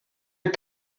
est